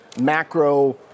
macro